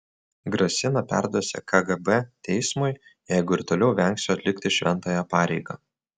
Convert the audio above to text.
grasina perduosią kgb teismui jeigu ir toliau vengsiu atlikti šventąją pareigą